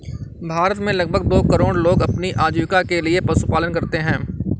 भारत में लगभग दो करोड़ लोग अपनी आजीविका के लिए पशुपालन करते है